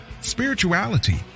spirituality